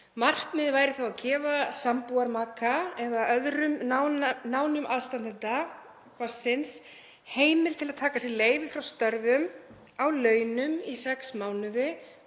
Markmiðið væri þá að gefa sambúðarmaka eða öðrum nánum aðstandenda barnsins heimild til að taka sér leyfi frá störfum á launum í sex mánuði,